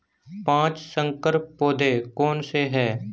पाँच संकर पौधे कौन से हैं?